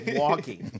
walking